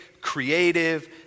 creative